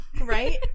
right